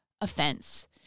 offense